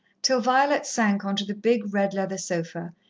till violet sank on to the big red-leather sofa,